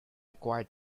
quiet